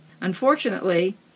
Unfortunately